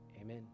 Amen